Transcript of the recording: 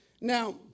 Now